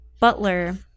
Butler